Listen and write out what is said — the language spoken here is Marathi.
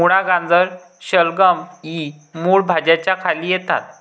मुळा, गाजर, शलगम इ मूळ भाज्यांच्या खाली येतात